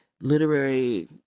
literary